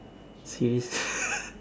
serious